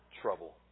trouble